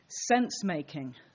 sense-making